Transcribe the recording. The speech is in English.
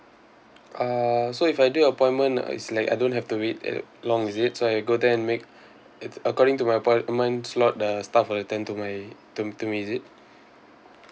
uh so if I do appointment uh is like I don't have to wait at long is it so I go there and make it according to my appointment slot the staff will attend to my to to me is it